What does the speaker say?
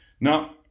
Now